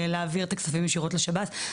להעביר את הכספים ישירות לשב"ס,